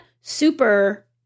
super